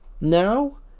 now